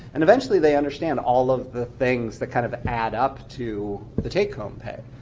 and eventually, they understand all of the things that kind of add up to the take-home pay.